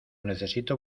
necesito